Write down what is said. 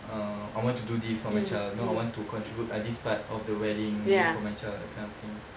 uh I want to do this for my child know I want to contribute err this part of the wedding you know for my child you know that kind of thing